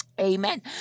Amen